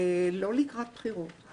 לא לקראת בחירות.